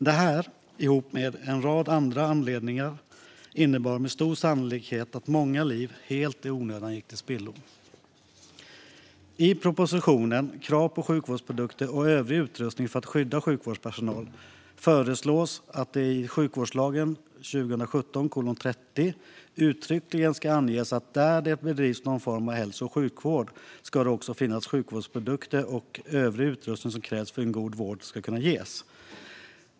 Det här innebar, ihop med en rad andra anledningar, med stor sannolikhet att många liv gick till spillo helt i onödan. I propositionen Vissa frågor om hälso och sjukvårdens försörjningsberedskap föreslås att det i hälso och sjukvårdslagen uttryckligen ska anges att där det bedrivs någon form av hälso och sjukvård ska det också finnas sjukvårdsprodukter och övrig utrustning som krävs för att god vård ska kunna ges.